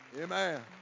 Amen